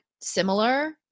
similar